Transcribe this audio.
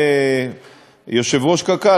יושב-ראש קק"ל,